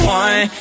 one